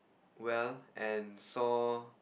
well and saw